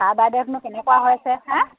sir বাইদেউহঁতনো কেনেকুৱা হৈছে হে